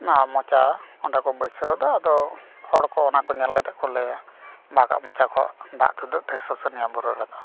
ᱱᱚᱣᱟ ᱢᱚᱪᱟ ᱚᱸᱰᱮ ᱠᱚ ᱵᱟᱹᱭᱥᱟᱹᱣ ᱟᱫᱟ ᱟᱫᱚ ᱦᱚᱲ ᱠᱚ ᱚᱱᱟ ᱠᱚ ᱧᱮᱞ ᱠᱟᱛᱮ ᱠᱚ ᱞᱟᱹᱭᱟ ᱵᱟᱜᱟᱜ ᱢᱚᱪᱟ ᱠᱷᱚᱡ ᱫᱟᱜ ᱛᱩᱫᱩᱜ ᱛᱮ ᱥᱩᱥᱩᱱᱤᱭᱟᱹ ᱵᱩᱨᱩ ᱨᱮᱫᱚ